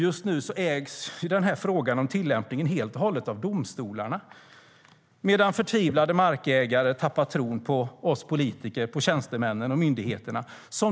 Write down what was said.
Just nu ägs frågan om tillämpningen helt och hållet av domstolarna medan förtvivlade markägare tappar tron på oss politiker, på tjänstemän och på myndigheter.